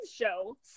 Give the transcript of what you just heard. show